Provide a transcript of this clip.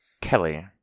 Kelly